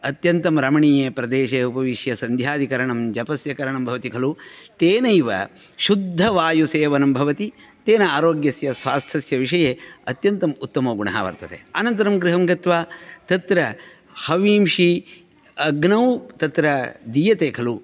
अत्यन्तं रमणीये प्रदेशे उपविश्य सन्ध्यादिकरणं जपस्य करणं भवति खलु तेनैव शुद्धवायुसेवनं भवति तेन आरोग्यस्य स्वास्थ्यस्य विषये अत्यन्तम् उत्तमगुणः वर्तते अनन्तरं गृहं गत्वा तत्र हविंषि अग्नौ तत्र दीयते खलु